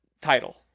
Title